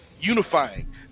unifying